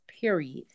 Period